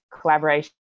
collaboration